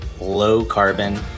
low-carbon